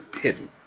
hidden